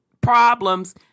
problems